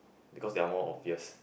because they are more obvious